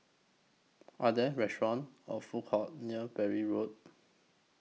Are There restaurants Or Food Courts near Bury Road